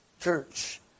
church